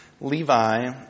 Levi